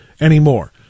anymore